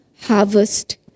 harvest